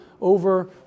over